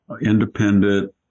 independent